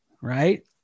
right